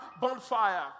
bonfire